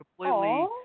completely